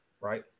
right